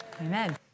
Amen